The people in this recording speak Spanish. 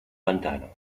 pantano